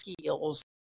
skills